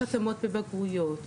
יש התאמות בבגרויות.